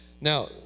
Now